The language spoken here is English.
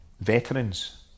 veterans